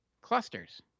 Clusters